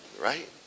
right